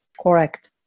Correct